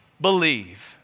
believe